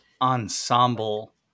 ensemble